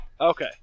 Okay